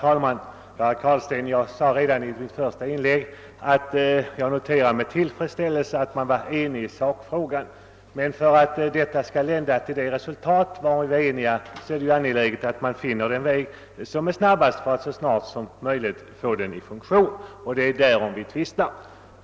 Herr talman! Redan i mitt första inlägg noterade jag med tillfredsställelse att vi är eniga i sakfrågan. Men för att detta skall lända till det resultat varom vi är ense är det angeläget att man finner den snabbaste vägen för att så snart som möjligt få det hela i funktion. Det är alltså därom vi tvistar.